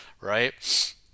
right